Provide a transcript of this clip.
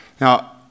Now